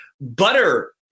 butter